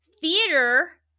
theater